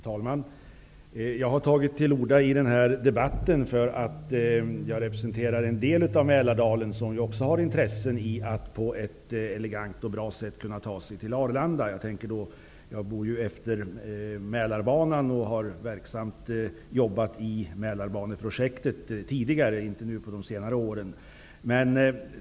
Fru talman! Jag tar till orda i den här debatten eftersom jag representerar en del av Mälardalen som också har intressen i att på ett elegant och bra sätt kunna ta sig till Arlanda. Jag bor ju efter Mälarbanan och har jobbat i Mälarbaneprojektet tidigare, inte på de senare åren.